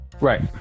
Right